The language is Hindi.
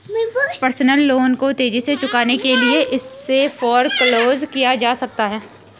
पर्सनल लोन को तेजी से चुकाने के लिए इसे फोरक्लोज किया जा सकता है